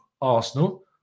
Arsenal